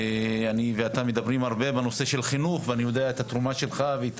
אני ואתה מדברים הרבה בנושא של חינוך ואני יודע את התרומה שלך ואת